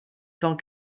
cent